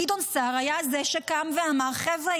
גדעון סער היה זה שקם ואמר: חבר'ה,